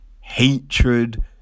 Hatred